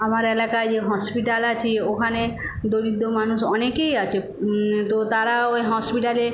আমার এলাকায় যে হসপিটাল আছে ওখানে দরিদ্র মানুষ অনেকেই আছে তো তারা ওই হসপিটালে